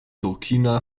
burkina